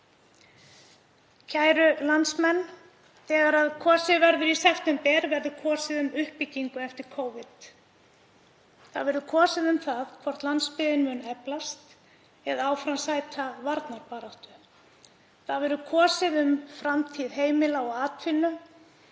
Kæru landsmenn. Þegar kosið verður í september verður kosið um uppbyggingu eftir Covid. Það verður kosið um það hvort landsbyggðin muni eflast eða áfram sæta varnarbaráttu. Það verður kosið um framtíð heimila og atvinnu.